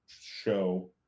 show